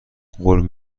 قول